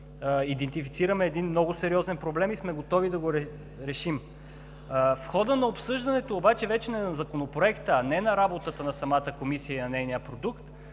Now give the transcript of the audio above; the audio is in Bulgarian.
идентифицираме много сериозен проблем и сме готови да го решим. В хода на обсъждането на Законопроекта, а не на работата на самата Комисия и на нейния продукт,